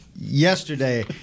yesterday –